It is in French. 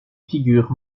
figures